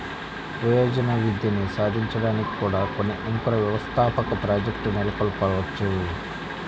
వయోజన విద్యని సాధించడానికి కూడా కొన్ని అంకుర వ్యవస్థాపక ప్రాజెక్ట్లు నెలకొల్పవచ్చు